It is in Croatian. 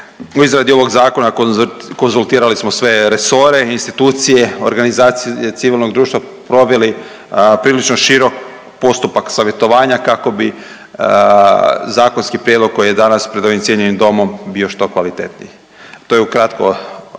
U izradi ovog zakona konzultirali smo sve resore, institucije, organizacije civilnog društva, proveli prilično širok postupak savjetovanja kako bi zakonski prijedlog koji je danas pred ovim cijenjenim Domom bio što kvalitetniji. To je ukratko